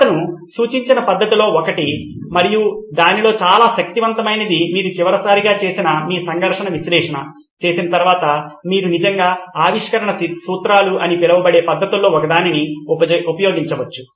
అతను సూచించిన పద్ధతుల్లో ఒకటి మరియు దానిలో చాలా శక్తివంతమైనది మీరు చివరిసారిగా చేసిన మీ సంఘర్షణ విశ్లేషణ చేసిన తర్వాత మీరు నిజంగా ఆవిష్కరణ సూత్రాలు అని పిలువబడే పద్ధతుల్లో ఒకదాన్ని ఉపయోగించవచ్చు